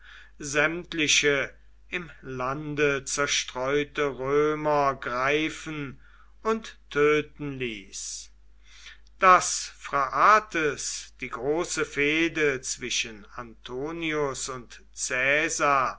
sämtliche im lande zerstreute römer greifen und töten ließ daß phraates die große fehde zwischen antonius und caesar